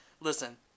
listen